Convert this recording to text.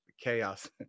chaos